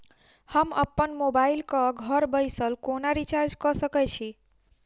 हम अप्पन मोबाइल कऽ घर बैसल कोना रिचार्ज कऽ सकय छी?